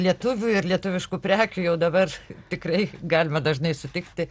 lietuvių ir lietuviškų prekių jau dabar tikrai galima dažnai sutikti